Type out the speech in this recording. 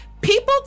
people